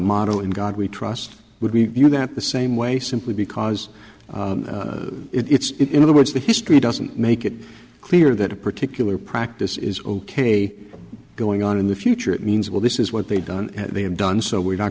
motto in god we trust would be you that the same way simply because it's in other words the history doesn't make it clear that a particular practice is ok going on in the future it means well this is what they've done they have done so we're not